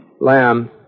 Lamb